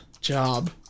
job